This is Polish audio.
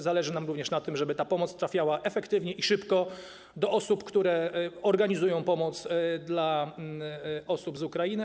Zależy na tym, żeby ta pomoc trafiła efektywnie i szybko do osób, które organizują pomoc dla osób z Ukrainy.